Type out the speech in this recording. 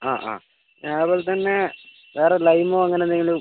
അതെ പിന്നെ അതുപോലെതന്നെ വേറെ ലൈമോ അങ്ങനെ എന്തെങ്കിലും